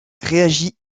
réagit